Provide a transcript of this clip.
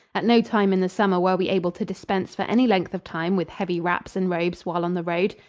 at no time in the summer were we able to dispense for any length of time with heavy wraps and robes while on the road.